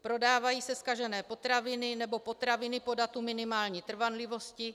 Prodávají se zkažené potraviny nebo potraviny po datu minimální trvanlivosti.